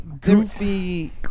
goofy